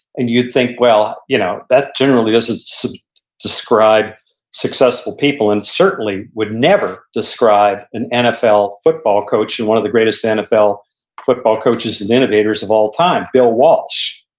and you'd think, well, you know that generally doesn't describe successful people, and certainly would never describe an nfl football coach and one of the greatest nfl football coaches and innovators of all time, bill walsh.